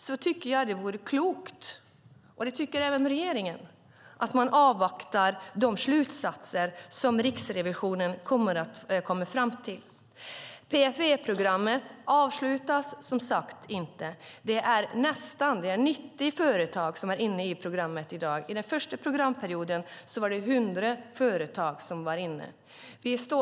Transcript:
Jag tycker att det vore klokt, och det tycker även regeringen, att man avvaktar de slutsatser som Riksrevisionen kommer fram till. PFE-programmet avslutas inte. Det är i dag nästan 90 företag som är inne i programmet. I den första programperioden var det 100 företag som var inne.